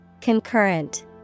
Concurrent